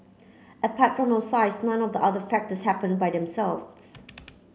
apart from our size none of the other factors happen by themselves